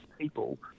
people